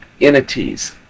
entities